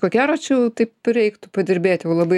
ko gero čia jau taip reiktų padirbėt jau labai